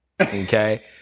okay